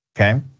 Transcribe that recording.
Okay